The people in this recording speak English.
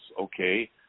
okay